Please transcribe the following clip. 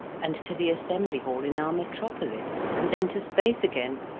and to the assembly hall in our metropolis, and then to space again,